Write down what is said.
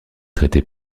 traités